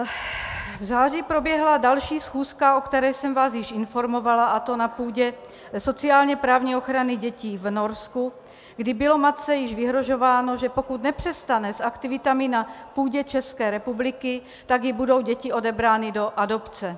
V září proběhla další schůzka, o které jsem vás již informovala, a to na půdě sociálněprávní ochrany dětí v Norsku, kdy bylo matce již vyhrožováno, že pokud nepřestane s aktivitami na půdě České republiky, tak jí budou děti odebrány do adopce.